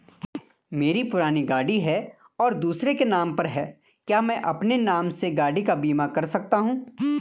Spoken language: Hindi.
मेरी पुरानी गाड़ी है और दूसरे के नाम पर है क्या मैं अपने नाम से गाड़ी का बीमा कर सकता हूँ?